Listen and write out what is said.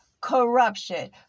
corruption